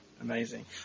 Amazing